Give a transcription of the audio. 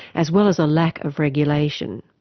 as well as a lack of regulation.